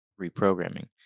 reprogramming